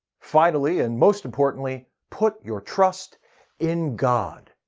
finally and most importantly, put your trust in god.